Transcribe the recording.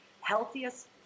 healthiest